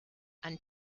and